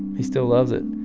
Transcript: he still loves it,